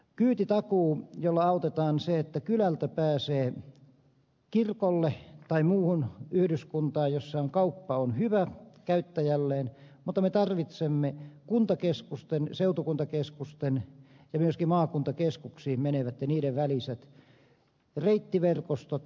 kyytitakuu jolla autetaan että kylältä pääsee kirkolle tai muuhun yhdyskuntaan jossa on kauppa on hyvä käyttäjälleen mutta me tarvitsemme kuntakeskuksiin seutukuntakeskuksiin ja myöskin maakuntakeskuksiin menevät ja niiden väliset reittiverkostot